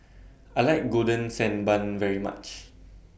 I like Golden Sand Bun very much